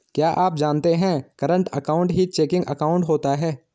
क्या आप जानते है करंट अकाउंट ही चेकिंग अकाउंट होता है